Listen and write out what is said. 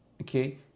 okay